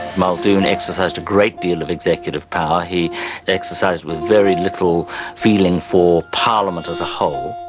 muldoon exercised a great deal of executive power, he exercised with very little feeling for parliament as a whole.